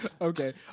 Okay